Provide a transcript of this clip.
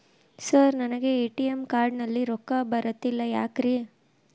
Sir ನನಗೆ ATM card ನಲ್ಲಿ ರೊಕ್ಕ ಬರತಿಲ್ಲ ಯಾಕ್ರೇ?